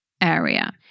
area